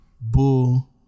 Bull